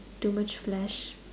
too much flash